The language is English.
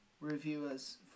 reviewers